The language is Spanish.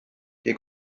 que